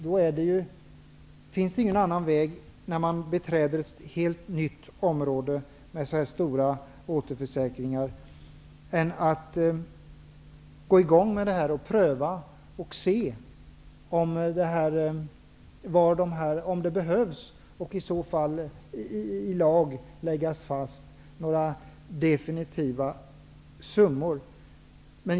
Då finns det ingen annan väg, när man beträder ett helt nytt område med så stora återförsäkringar, än att gå i gång med detta, pröva och se om det behövs att i lag lägga fast några definitiva summor.